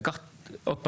עוד פעם,